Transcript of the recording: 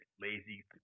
Lazy